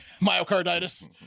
myocarditis